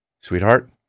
sweetheart